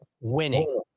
winning